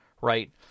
Right